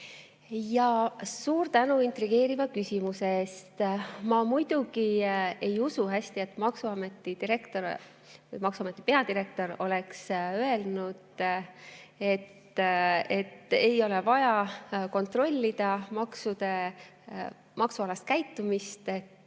Suur tänu intrigeeriva küsimuse eest! Ma muidugi ei usu hästi, et maksuameti peadirektor oleks öelnud, et ei ole vaja kontrollida maksualast käitumist. Ma